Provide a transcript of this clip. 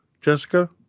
Jessica